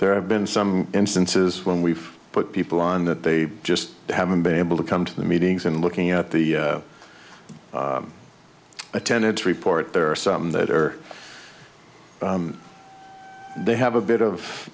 there have been some instances when we've put people on that they just haven't been able to come to the meetings and looking at the attendants report there are some that are they have a bit of